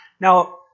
Now